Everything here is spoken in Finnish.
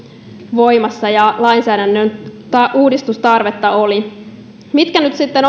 voimassa ja lainsäädännön uudistustarvetta oli mitkä nyt sitten